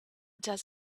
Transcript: does